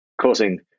causing